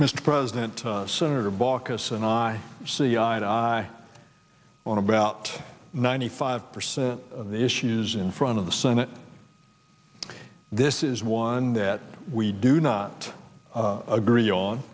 mr president senator baucus and i see eye to eye on about ninety five percent of the issues in front of the senate this is one that we do not agree on